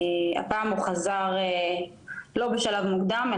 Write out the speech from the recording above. הפעם הוא חזר לא בשלב מוקדם,